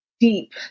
deep